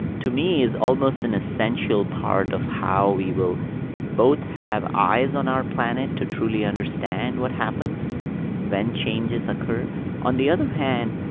to me, is almost an essential part of how we will both have eyes on our planet to truly understand what happens when changes occur on the other hand,